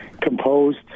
Composed